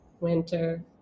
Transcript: winter